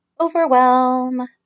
overwhelm